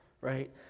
right